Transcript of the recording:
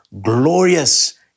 glorious